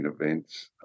events